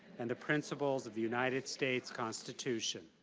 and the principles of the united states constitution.